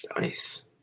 Nice